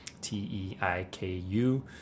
T-E-I-K-U